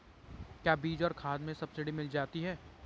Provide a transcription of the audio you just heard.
क्या बीज और खाद में सब्सिडी मिल जाती है?